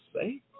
say